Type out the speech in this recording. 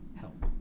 help